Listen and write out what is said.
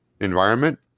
environment